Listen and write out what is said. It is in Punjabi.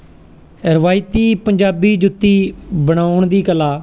ਰਵਾਇਤੀ ਪੰਜਾਬੀ ਜੁੱਤੀ ਬਣਾਉਣ ਦੀ ਕਲਾ